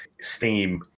Steam